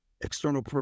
external